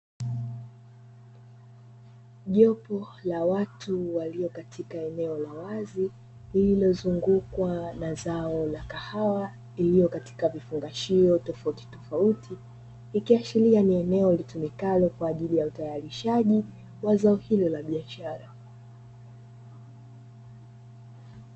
Jopo la watu walio katika eneo la wazi lililozungukwa na zao la kahawa lililo katika vifungashio tofautitofauti, ikiashiria ni eneo linalotumika kwa ajili ya utayarishaji wa zao hilo la biashara.